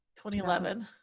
2011